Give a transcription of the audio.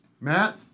Matt